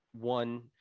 one